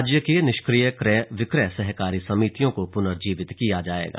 राज्य की निष्क्रिय क्रय विक्रय सहकारी समितियों को प्नर्जीवित किया जाएगा